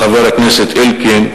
חבר הכנסת אלקין,